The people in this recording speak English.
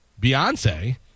Beyonce